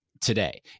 Today